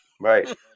Right